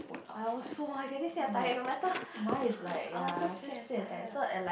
I also I getting sick and tired no matter I also sick and tired